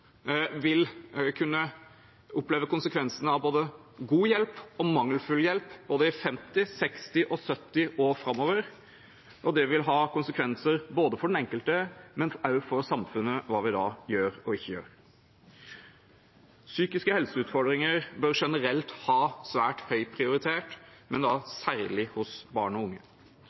vil kunne oppleve konsekvensene av både god hjelp og mangelfull hjelp i 50, 60 og 70 år framover, og det vil ha konsekvenser både for den enkelte og for samfunnet hva vi da gjør og ikke gjør. Psykiske helseutfordringer bør generelt ha svært høy prioritet, men da særlig hos barn og unge.